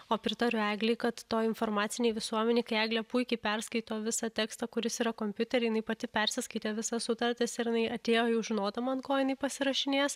o pritariu eglei kad toj informacinėj visuomenėj kai eglė puikiai perskaito visą tekstą kuris yra kompiuteryje jinai pati persiskaitė visas sutartis ir jinai atėjo jau žinodama ant ko jinai pasirašinės